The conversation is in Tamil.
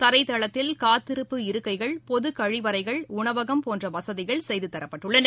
தரைதளத்தில் காத்திருப்பு இருக்கைகள் பொது கழிவறைகள் உணவகம் போன்ற வசதிகள் செய்து தரப்பட்டுள்ளன